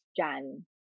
Jan